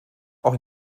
auch